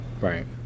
right